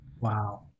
Wow